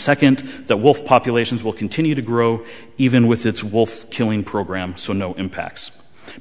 second that wolf populations will continue to grow even with its wealth killing program so no impacts